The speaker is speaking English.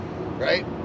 Right